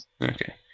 Okay